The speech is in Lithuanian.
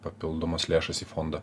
papildomas lėšas į fondą